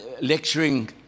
lecturing